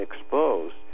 exposed